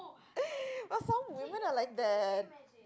but some women are like that